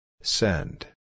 Send